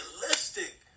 realistic